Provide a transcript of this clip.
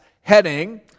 heading